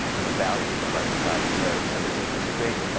the values of our society. so so there's there's a great,